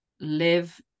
live